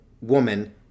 woman